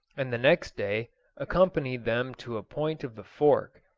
and the next day accompanied them to a point of the fork,